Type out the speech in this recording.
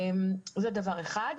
זה דבר אחד.